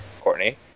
courtney